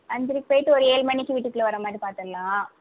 அஞ்சரைக்கு போய்விட்டு ஒரு ஏழு மணிக்கு வீட்டுக்குள்ளே வர்ற மாதிரி பார்த்துட்லாம்